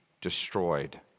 destroyed